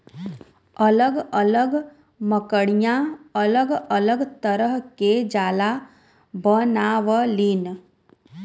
अलग अलग मकड़िया अलग अलग तरह के जाला बनावलीन